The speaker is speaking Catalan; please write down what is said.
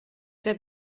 que